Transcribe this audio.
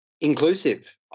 inclusive